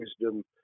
wisdom